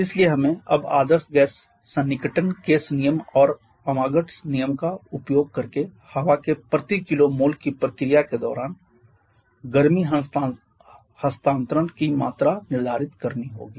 इसलिए हमें अब आदर्श गैस सन्निकटन केस नियम और अमागाट Amagat's नियम का उपयोग करके हवा के प्रति किलो मोल की प्रक्रिया के दौरान गर्मी हस्तांतरण की मात्रा निर्धारित करनी होगी